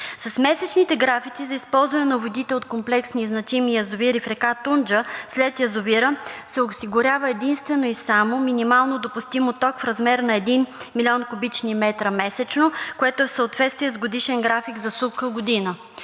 С месечните графици за използване на водите от комплексни и значими язовири в река Тунджа след язовира се осигурява единствено и само минимално допустимото в размер на 1 мн. куб. м месечно, което е в съответствие с годишния график за суха година.